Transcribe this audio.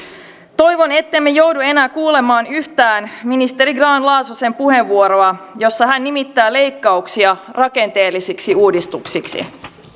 toivon ettemme joudu enää kuulemaan yhtään ministeri grahn laasosen puheenvuoroa jossa hän nimittää leikkauksia rakenteellisiksi uudistuksiksi